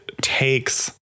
takes